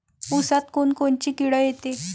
ऊसात कोनकोनची किड येते?